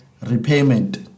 Repayment